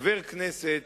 חבר כנסת,